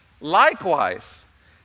Likewise